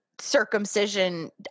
circumcision